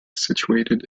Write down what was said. situated